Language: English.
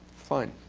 fine.